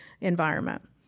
environment